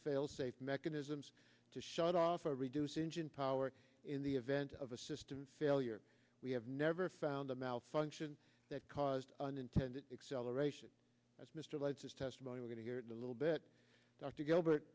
fail safe mechanisms to shut off or reduce engine power in the event of a system failure we have never found a malfunction that caused unintended acceleration as mr latest testimony we're going to hear a little bit dr gilbert